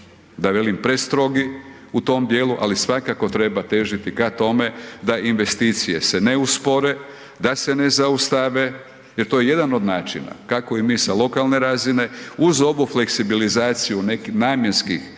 d velim, prestrogi u tom djelu, ali svakako treba težiti ka tome da investicije se ne uspore, da se ne zaustave jer to je jedan od načina kako i mi sa lokalne razine, uz ovu fleksibilizaciju namjenskih,